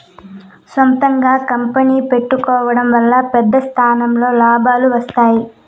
సొంతంగా కంపెనీ పెట్టుకోడం వల్ల పెద్ద స్థాయిలో లాభాలు వస్తాయి